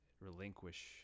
relinquish